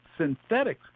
synthetic